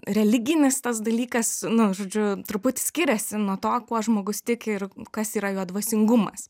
religinis tas dalykas nu žodžiu truputį skiriasi nuo to kuo žmogus tiki ir kas yra jo dvasingumas